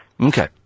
Okay